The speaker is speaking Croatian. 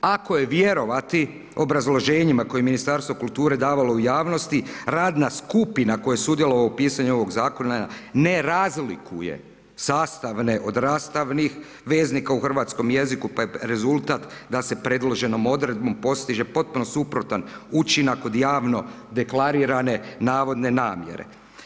Ako je vjerovati obrazloženjima koje Ministarstvo kulture davalo u javnosti radna skupina koja je sudjelovala u pisanju ovog zakona ne razlikuje sastavne od rastavnih veznika u hrvatskom jeziku, pa je rezultat da se predloženom odredbom postiže potpuno suprotan učinak od javno deklarirane navodne namjere.